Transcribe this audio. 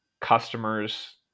customers